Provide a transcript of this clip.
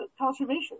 conservation